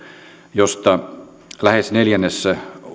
joista lähes neljännes